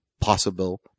possible